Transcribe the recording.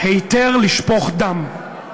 "היתר לשפוך דם".